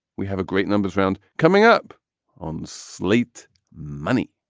we have a great numbers round coming up on slate money.